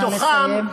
נא לסיים.